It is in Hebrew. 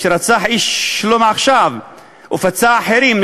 שרצח איש "שלום עכשיו" ופצע אחרים,